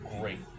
great